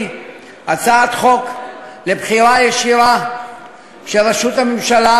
הצעת חוק לבחירה ישירה לראשות הממשלה,